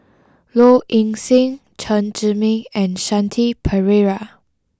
Low Ing Sing Chen Zhiming and Shanti Pereira